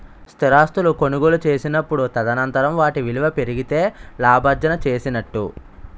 స్థిరాస్తులు కొనుగోలు చేసినప్పుడు తదనంతరం వాటి విలువ పెరిగితే లాభార్జన చేసినట్టు